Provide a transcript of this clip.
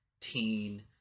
teen